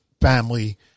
family